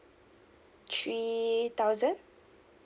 three thousand